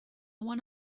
one